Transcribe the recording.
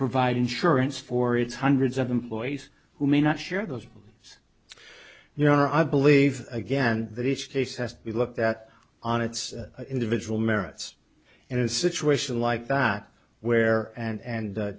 provide insurance for its hundreds of employees who may not share those beliefs you know i believe again that each case has to be looked at on its individual merits and in a situation like that where and